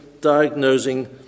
diagnosing